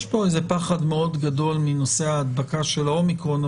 יש פה איזה פחד מאוד גדול מנושא ההדבקה של האומיקרון,